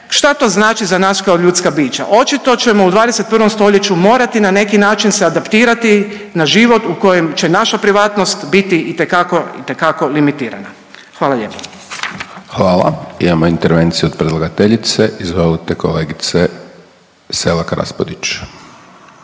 šta to znači za nas kao ljudska bića? Očito ćemo u 21. stoljeću morati na neki način se adaptirati na život u kojem će naša privatnost biti itekako, itekako limitirana. Hvala lijepa. **Hajdaš Dončić, Siniša (SDP)** Hvala. Imamo intervenciju od predlagateljice. Izvolite kolegice Selak-Raspudić.